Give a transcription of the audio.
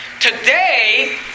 Today